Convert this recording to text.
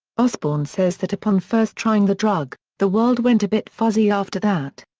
osbourne says that upon first trying the drug, the world went a bit fuzzy after that.